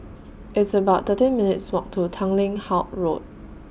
It's about thirteen minutes' Walk to Tanglin Halt Road